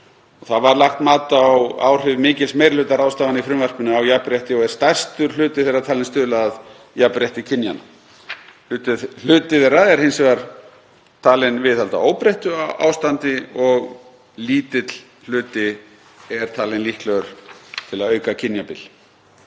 Mat var lagt á áhrif mikils meiri hluta ráðstafana í frumvarpinu á jafnrétti og er stærstur hluti þeirra talinn stuðla að jafnrétti kynjanna. Hluti þeirra er hins vegar talinn viðhalda óbreyttu ástandi og lítill hluti er talinn líklegur til að auka kynjabil.